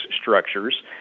structures